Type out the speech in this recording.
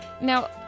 Now